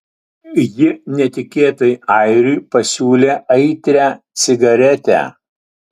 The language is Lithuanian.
ji netikėtai airiui pasiūlė aitrią cigaretę